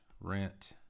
rent